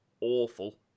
awful